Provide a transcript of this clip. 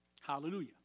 Hallelujah